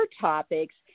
topics